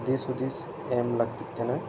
ᱫᱤᱥ ᱦᱩᱫᱤᱥ ᱮᱢ ᱞᱟᱹᱠᱛᱤᱜ ᱠᱟᱱᱟ